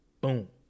Boom